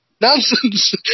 Nonsense